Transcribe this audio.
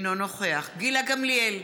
אינו נוכח גילה גמליאל,